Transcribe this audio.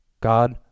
God